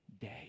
Day